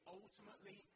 ultimately